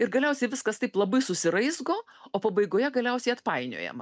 ir galiausiai viskas taip labai susiraizgo o pabaigoje galiausiai atpainiojama